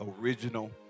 original